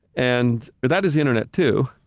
and that is the internet too,